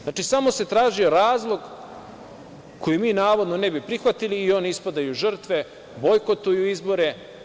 Znači, samo se tražio razlog koji mi, navodno, ne bi prihvatili i oni ispadaju žrtve, bojkotuju izbore.